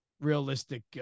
realistic